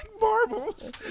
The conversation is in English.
marbles